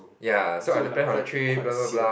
ya so I've to plan for the trip blah blah blah